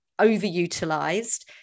overutilized